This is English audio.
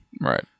right